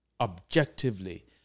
objectively